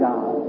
God